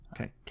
okay